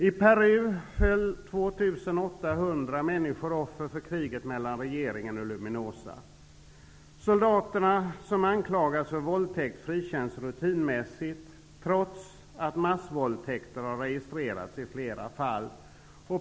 I Peru föll 2 800 människor offer för kriget mellan regeringen och Luminosa. Soldater som anklagas för våldtäkt frikänns rutinmässigt, trots att massvåldtäkter har registrerats i flera fall.